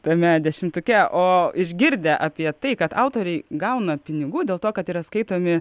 tame dešimtuke o išgirdę apie tai kad autoriai gauna pinigų dėl to kad yra skaitomi